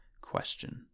question